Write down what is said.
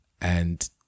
and-